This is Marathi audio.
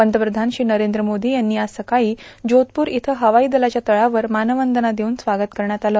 पंतप्रधान श्री नर्टेंद्र मोदी यांचं आज सकाळी जोधपूर इथं हवाई दलाच्या तळावर मानवंदना देऊन स्वागत करण्यात आलं